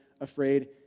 afraid